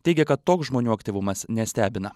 teigia kad toks žmonių aktyvumas nestebina